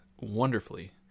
wonderfully